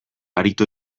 aritu